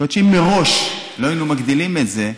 זאת אומרת שאם מראש לא היינו מגדילים את זה,